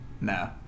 No